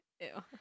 Ew